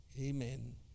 Amen